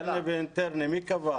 ההגדרה אקסטרני ואינטרני, מי קבע?